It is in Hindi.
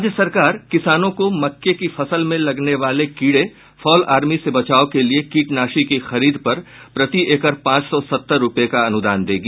राज्य सरकार किसानों को मक्के की फसल में लगने वाले कीड़े फॉल आर्मी से बचाव के लिए कीटनाशी की खरीद पर प्रति एकड़ पांच सौ सत्तर रूपये का अनुदान देगी